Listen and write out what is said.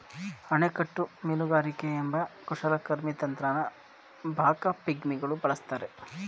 ಅಣೆಕಟ್ಟು ಮೀನುಗಾರಿಕೆ ಎಂಬ ಕುಶಲಕರ್ಮಿ ತಂತ್ರನ ಬಾಕಾ ಪಿಗ್ಮಿಗಳು ಬಳಸ್ತಾರೆ